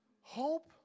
hope